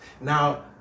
Now